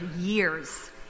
years